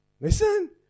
Listen